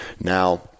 Now